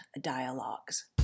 dialogues